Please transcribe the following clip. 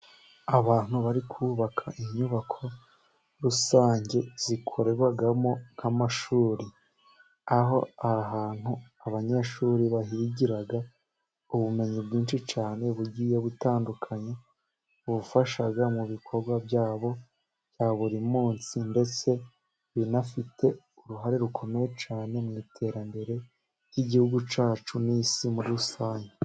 Abantu bari kubaka inyubako rusange zikorerwamo nk'amashuri, aho hantu abanyeshuri bahigira ubumenyi bwinshi cyane bugiye butandukanye, bufasha mu bikorwa byabo bya buri munsi, ndetse binafite uruhare rukomeye cyane mu iterambere ry'igihugu cyacu n'isi muri rusange.